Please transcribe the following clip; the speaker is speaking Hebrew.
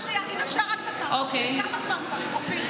מבחינת ההרחבה, אני רוצה לספר לך משהו.